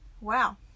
wow